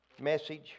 message